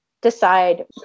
decide